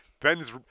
Ben's